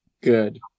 good